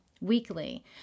weekly